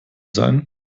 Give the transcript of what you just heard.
sein